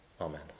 Amen